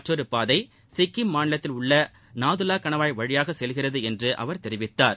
மற்றொரு பாதை சிக்கிம் மாநிலத்தில் உள்ள நாதுலா கணவாய் வழியாக செல்கிறது என்று அவர் தெரிவித்தார்